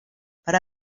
per